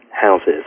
houses